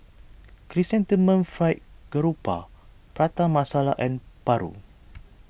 Chrysanthemum Fried Garoupa Prata Masala and Paru